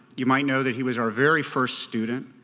you might know that he was our very first student.